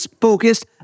focused